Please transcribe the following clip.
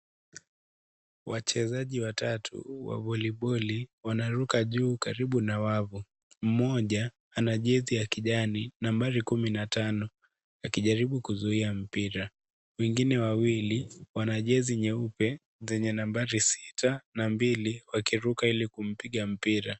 Wachezaji watatu wa voliboli wanaruka juu karibu na wavu, mmoja ana jezi ya kijani nambari kumi na tano, akijaribu kuzuia mpira, wengine wawili wana jezi nyeupe zenye nambari sita na mbili wakiruka ili kumpiga mpira.